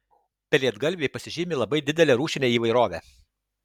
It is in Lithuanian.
pelėdgalviai pasižymi labai didele rūšine įvairove